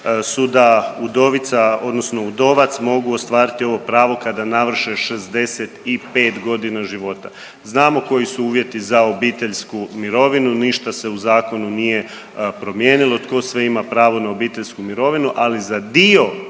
udovac mogu ostvariti ovo pravo kada navrše 65 godina života. Znamo koji su uvjeti za obiteljsku mirovinu, ništa se u zakonu nije promijenilo tko sve ima pravo na obiteljsku mirovinu, ali za dio